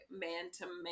man-to-man